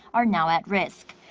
are now at risk.